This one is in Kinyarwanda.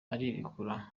arirekura